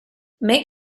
make